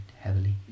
heavily